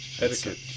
etiquette